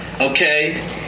okay